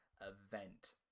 event